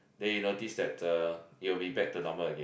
then you notice that the you'll be back to normal again